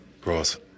Cross